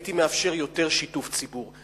הייתי מאפשר יותר שיתוף ציבור.